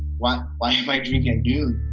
why why am i drinking at noon?